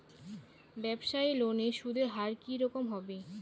ব্যবসায়ী লোনে সুদের হার কি রকম হবে?